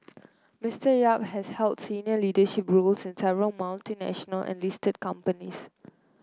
Mister Yap has held senior leadership roles in several multinational and listed companies